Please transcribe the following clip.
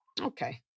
Okay